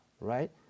right